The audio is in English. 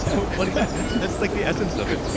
so funny. that's like the essence of it.